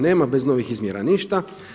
Nema bez novih izmjera ništa.